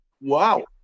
wow